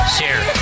Share